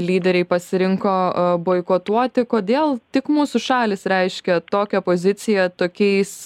lyderiai pasirinko a boikotuoti kodėl tik mūsų šalys reiškia tokią poziciją tokiais